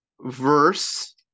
verse